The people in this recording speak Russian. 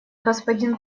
господин